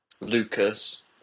Lucas